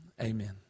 amen